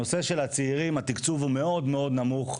הנושא של הצעירים, התקצוב הוא מאוד מאוד נמוך.